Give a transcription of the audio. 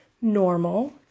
normal